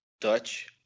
Dutch